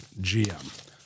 GM